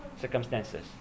circumstances